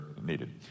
needed